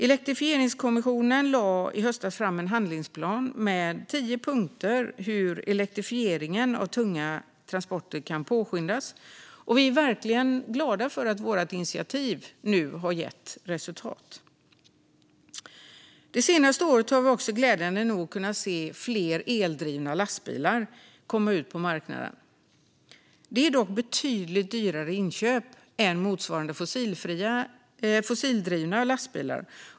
Elektrifieringskommissionen lade i höstas fram en handlingsplan med tio punkter gällande hur elektrifieringen av tunga transporter kan påskyndas. Vi liberaler är verkligen glada att vårt initiativ nu har gett resultat. Det senaste året har vi också glädjande nog kunnat se fler eldrivna lastbilar komma ut på marknaden. De är dock betydligt dyrare i inköp än motsvarande fossildrivna lastbilar.